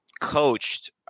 coached